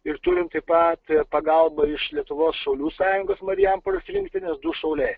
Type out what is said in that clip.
ir turim taip pat pagalbą iš lietuvos šaulių sąjungos marijampolės rinktinės du šauliai